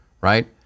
right